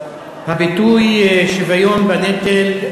הביטוי "שוויון בנטל"